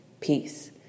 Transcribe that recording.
Peace